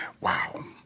Wow